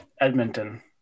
Edmonton